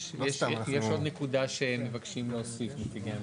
יש עוד נקודה שמבקשים להוסיף, נציגי הממשלה.